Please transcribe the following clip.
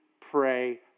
pray